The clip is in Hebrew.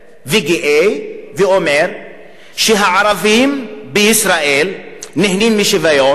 ומתגאה ואומר שהערבים בישראל נהנים משוויון,